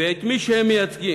ואת מי שהם מייצגים,